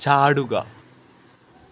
ചാടുക